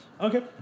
Okay